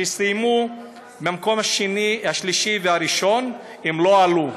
שסיימו במקום הראשון והשלישי, לא עלו.